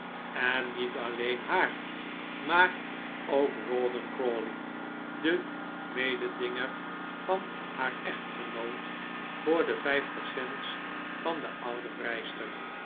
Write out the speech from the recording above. en niet alleen haar maar ook rawdon crawley den mededinger van haar echtgenoot voor de vijf percents van de oude vrijster